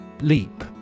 LEAP